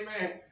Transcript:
amen